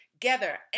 together